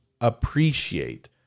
appreciate